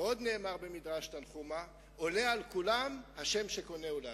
ועוד נאמר במדרש תנחומא: עולה על כולם השם שקונה הוא לעצמו.